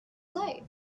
life